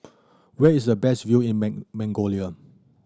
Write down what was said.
where is the best view in Mongolia